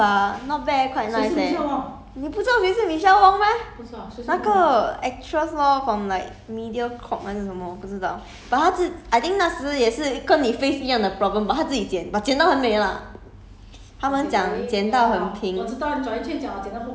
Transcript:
我看那个 michelle wong !wah! 她自己剪头发 not bad eh quite nice leh 你不知道谁是 michelle wong meh 那个 actress lor from like Mediacorp 还是什么不知道 but 她自 I think 那时也是一跟你 face 一样的 problem but 她自己剪 but 剪到很美 lah